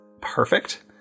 perfect